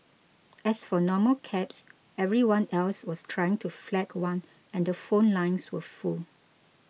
as for normal cabs everyone else was trying to flag one and the phone lines were full